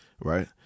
right